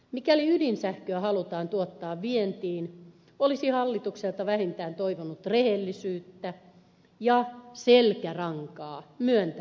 mikäli ydinsähköä halutaan tuottaa vientiin olisi hallitukselta vähintään toivonut rehellisyyttä ja selkärankaa myöntää asia